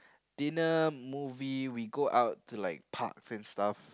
dinner movie we go out to like parks and stuff